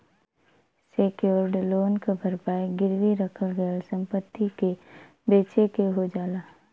secured loan क भरपाई गिरवी रखल गयल संपत्ति के बेचके हो जाला